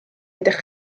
ydych